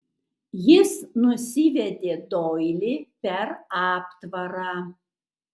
jis nusivedė doilį per aptvarą